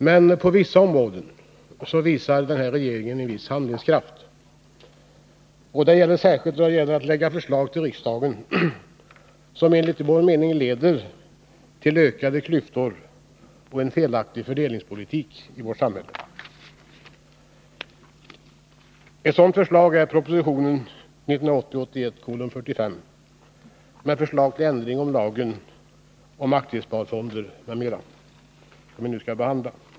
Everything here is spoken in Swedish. Men på vissa områden visar regeringen något av handlingskraft, särskilt då det gäller att lägga fram förslag till riksdagen, vilka enligt vår mening leder till ökade klyftor och en felaktig fördelningspolitik i samhället. Ett sådant förslag är proposition 1980/81:45 med förslag till ändring i lagen om aktiesparfonder m.m., som vi nu skall behandla.